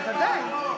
שחר אדום,